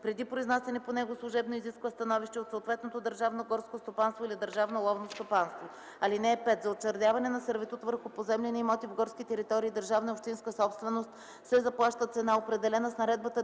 преди произнасяне по него служебно изисква становище от съответното държавно горско стопанство или държавно ловно стопанство. (5) За учредяване на сервитут върху поземлени имоти в горски територии – държавна и общинска собственост, се заплаща цена, определена с наредбата